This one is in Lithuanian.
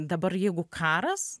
dabar jeigu karas